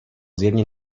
zjevně